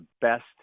best